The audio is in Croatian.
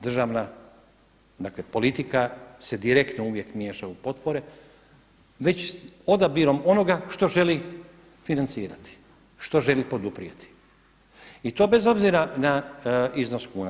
Državna, dakle politika se direktno uvijek miješa u potpore već odabirom onoga što želi financirati, što želi poduprijeti i to bez obzira na iznos kuna.